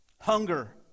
Hunger